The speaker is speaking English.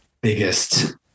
biggest